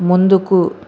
ముందుకు